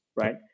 right